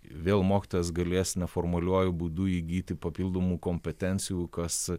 vėl mokytojas galės neformaliuoju būdu įgyti papildomų kompetencijų kas